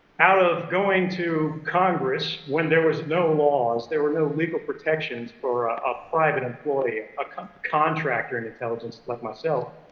out of going to congress, when there were no laws, there were no legal protections for a private employee, a kind of contractor in intelligence like myself,